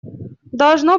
должно